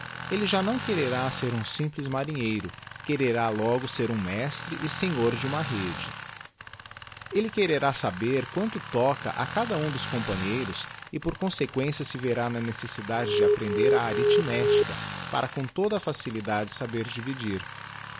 ehe já não quererá ser um simples mari abeiro quererá logo ser um mestre e senhor de uma fede ellé quererá saber quanto toca a cada um de companheiros e por consequência se verá na necessida de de aprender a arithmetica para com toda a facilidade feber dividir